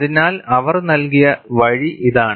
അതിനാൽ അവർ നൽകിയ വഴി ഇതാണ്